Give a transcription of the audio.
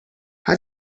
how